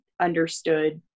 understood